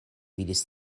vidis